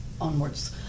onwards